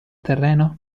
terreno